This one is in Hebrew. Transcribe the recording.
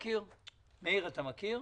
מאיר, אתה מכיר?